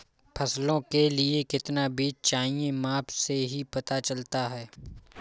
फसलों के लिए कितना बीज चाहिए माप से ही पता चलता है